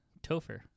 Topher